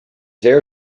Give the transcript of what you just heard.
hair